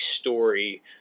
story